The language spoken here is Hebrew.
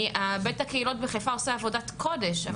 בית הקהילות בחיפה עושה עבודת קודש,